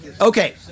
okay